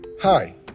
Hi